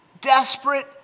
desperate